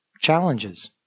challenges